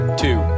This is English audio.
two